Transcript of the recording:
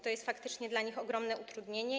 To jest faktycznie dla nich ogromne utrudnienie.